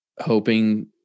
hoping